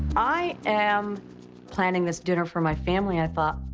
i am planning this dinner for my family. i thought,